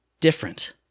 different